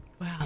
Wow